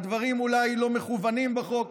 הדברים אולי לא מכוונים בחוק,